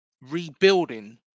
rebuilding